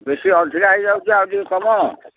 ବେଶୀ ଅଧିକା ହୋଇଯାଉଛି ଆଉ ଟିକେ କମାଅ